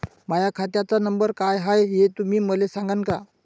माह्या खात्याचा नंबर काय हाय हे तुम्ही मले सागांन का?